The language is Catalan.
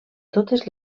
totes